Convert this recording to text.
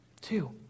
Two